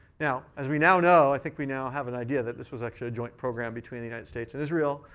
now as we now know, i think we now have an idea that this was actually a joint program between the united states and israel.